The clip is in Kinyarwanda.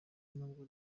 n’ubwo